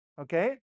Okay